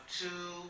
two